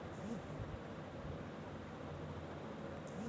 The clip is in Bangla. কিসিকাজের উল্লতির জ্যনহে বিভিল্ল্য ছব ছময় গবেষলা চলতে থ্যাকে